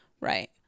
right